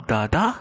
Dada